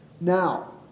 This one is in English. Now